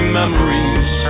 memories